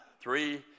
three